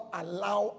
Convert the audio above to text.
allow